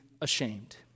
ashamed